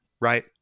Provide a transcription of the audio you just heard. right